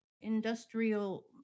industrial